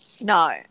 No